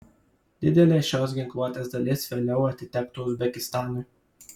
didelė šios ginkluotės dalis vėliau atitektų uzbekistanui